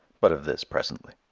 but of this presently.